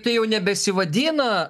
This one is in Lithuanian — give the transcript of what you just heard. tai jau nebesivadina